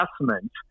investment